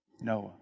Noah